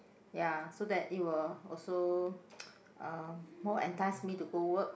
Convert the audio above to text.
ya so that it will also uh more entice me to go to work